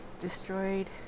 destroyed